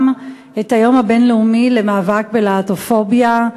את היום הבין-לאומי למאבק בלהט"בופוביה.